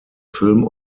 film